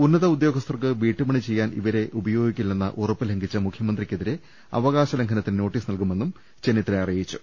ഉന്നത ഉദ്യോഗസ്ഥർക്ക് വീട്ടുപണി ചെയ്യാൻ ഇവരെ ഉപയോഗിക്കില്ലെന്ന ഉറപ്പ് ലംഘിച്ച മുഖ്യമന്ത്രിക്കെതിരെ അവകാശ ലംഘനത്തിന് നല്കു മെന്നും നോട്ടീസ് അറിയിച്ചു